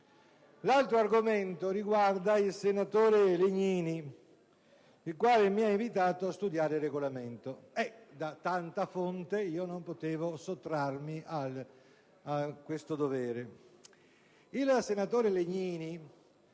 L'altro argomento riguarda il senatore Legnini, il quale mi ha invitato a studiare il Regolamento del Senato. Ebbene, da tanta fonte io non potevo sottrarmi a questo dovere.